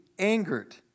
angered